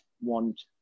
want